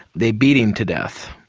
they beat him to death.